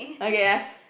okay ask